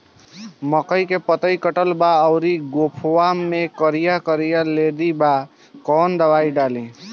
मकई में पतयी कटल बा अउरी गोफवा मैं करिया करिया लेढ़ी बा कवन दवाई डाली?